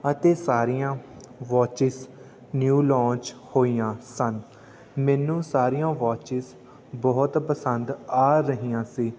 ਅਤੇ ਸਾਰੀਆਂ watches new launch ਹੋਈਆਂ ਸਨ ਮੈਨੂੰ ਸਾਰੀਆਂ ਵੋਚਿਸ ਬਹੁਤ ਪਸੰਦ ਆ ਰਹੀਆਂ ਸੀ